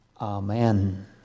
Amen